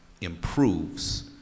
improves